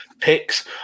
picks